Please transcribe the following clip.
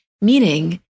meaning